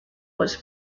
was